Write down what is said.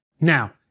Now